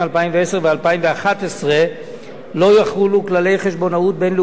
ו-2011 לא יחולו כללי חשבונאות בין-לאומיים,